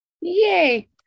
Yay